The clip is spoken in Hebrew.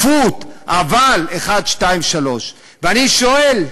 שקיפות, אבל 1, 2, 3. ואני שואל: